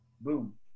boom